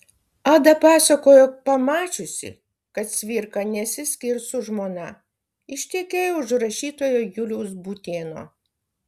ada pasakojo pamačiusi kad cvirka nesiskirs su žmona ištekėjo už rašytojo juliaus būtėno